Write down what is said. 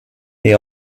they